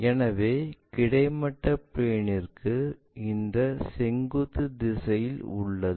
எனவே கிடைமட்ட பிளேன்ற்கு இந்த செங்குத்து திசையில் உள்ளது